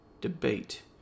debate